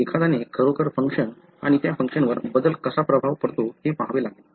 एखाद्याने खरोखर फंक्शन आणि त्या फंक्शनवर बदल कसा प्रभाव पाडतो हे पहावे लागेल